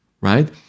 right